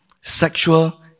sexual